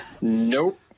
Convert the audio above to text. Nope